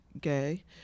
gay